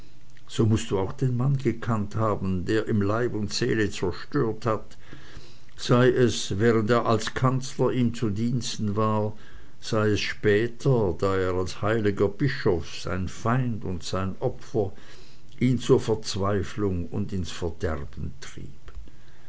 so mußt du auch den mann gekannt haben der ihm leib und seele zerstört hat sei es während er als kanzler ihm zu diensten war sei es später da er als heiliger bischof sein feind und sein opfer ihn zur verzweiflung und ins verderben trieb